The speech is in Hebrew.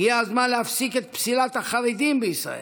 הגיע הזמן להפסיק את פסילת החרדים בישראל.